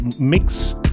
mix